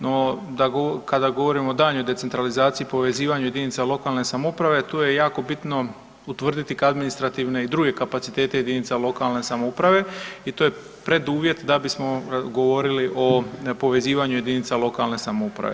No, kada govorim o daljnjoj centralizaciji, povezivanju jedinica lokalne samouprave tu je jako bitno utvrditi administrativne i druge kapacitete jedinica lokalne samouprave i to je preduvjet da bismo govorili o povezivanju jedinica lokalne samouprave.